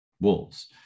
wolves